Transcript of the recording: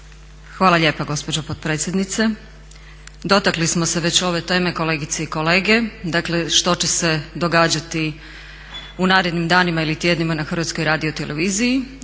Hvala lijepa gospođo potpredsjednice. Dotakli smo se već ove teme kolegice i kolege, dakle što će se događati u narednim danima ili tjednima na Hrvatskoj radioteleviziji.